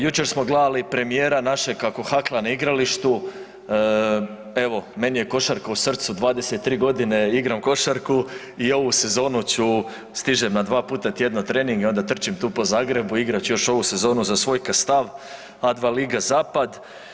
Jučer smo gledali premijera našeg kako hakla na igralištu, evo, meni je košarka u srcu, 23 godine igram košarku i ovu sezonu ću, stižem na 2 puta tjedno trening i onda trčim tu po Zagrebu, igrat ću još ovu sezonu za svoj Kastav, A-2 liga Zapad.